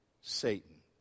Satan